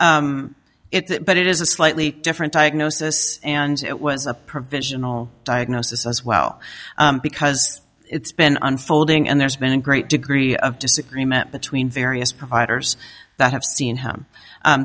it but it is a slightly different take gnosis and it was a provisional diagnosis as well because it's been unfolding and there's been a great degree of disagreement between various providers that have seen him